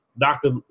doctor